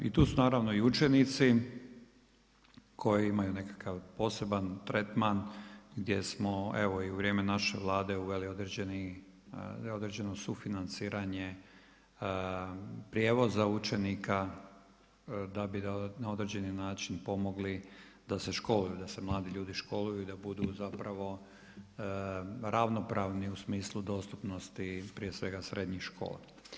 I tu su naravno i učenici koji imaju nekakav poseban tretman gdje smo evo i u vrijeme naše Vlade uveli određeno sufinanciranje prijevoza učenika, da bi na određeni način pomogli da se školuju, da se mladi ljudi školuju i da budu zapravo ravnopravni u smislu dostupnosti prije svega srednjih škola.